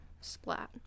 splat